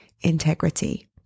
integrity